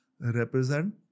represent